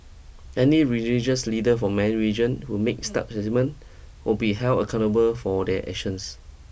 any religious leader from any religion who makes such statement will be held accountable for their actions